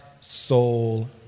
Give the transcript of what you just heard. soul